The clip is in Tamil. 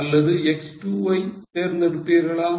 அல்லது X2 ஐ தேர்ந்தெடுப்பீர்களா